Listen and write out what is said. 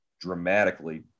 dramatically